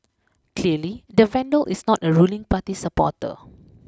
clearly the vandal is not a ruling party supporter